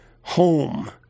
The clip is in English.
home